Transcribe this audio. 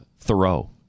Thoreau